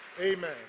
Amen